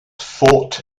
fought